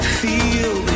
feel